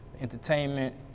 entertainment